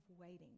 waiting